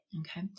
Okay